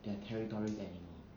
they're territorial animal